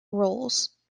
roles